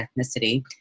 ethnicity